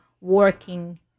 working